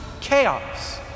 chaos